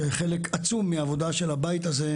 שחלק עצום מהעבודה בבית הזה,